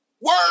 Word